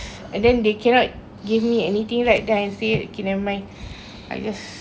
and then they cannot give me anything like that's it okay nevermind I guess